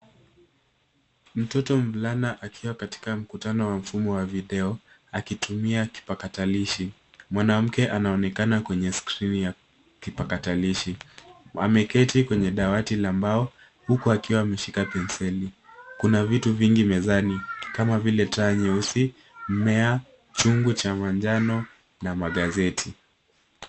Mtoto mvulana akiwa katika mkutano wa mfumo wa video akitumia kipakatalishi. Mwanamke anaonekana kwenye skrini ya kipakatalishi. Ameketi kwenye dawati la mbao huku akiwa ameshika penseli. Kuna vitu vingi mezani kama vile taa Nyeusi, mmea, chungu cha manjano na magazeti.